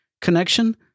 connection